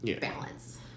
balance